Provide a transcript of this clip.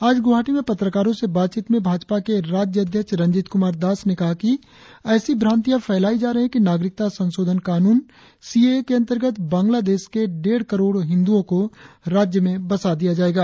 आज ग्रवाहाटी में पत्रकारों से बातचीत में भाजपा के राज्य अध्यक्ष रंजीत कुमार दास ने कहा कि ऐसी भ्रांतियां फैलाई जा रही हैं कि नागरिकता संशोधन कानून सी ए ए के अंतर्गत बंग्लादेश के डेढ़ करोड़ हिंदुओं को राज्य में बसा दिया जाएगा